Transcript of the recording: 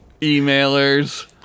emailers